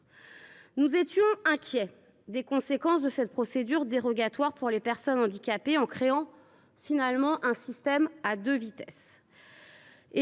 Nous étions inquiets des conséquences de la procédure dérogatoire pour les personnes handicapées en créant, finalement, un système à deux vitesses.